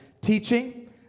teaching